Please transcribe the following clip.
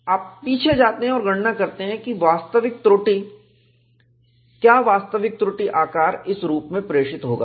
आप पीछे जाते हैं और गणना करते हैं क्या वास्तविक त्रुटि आकार इस रूप में प्रेषित होगा